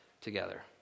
together